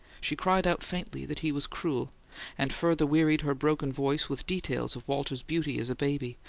she cried out faintly that he was cruel and further wearied her broken voice with details of walter's beauty as a baby,